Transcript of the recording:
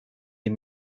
die